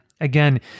again